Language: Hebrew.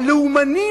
הלאומנים,